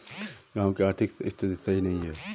गाँव की आर्थिक स्थिति सही नहीं है?